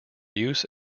use